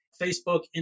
Facebook